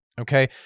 Okay